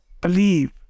believe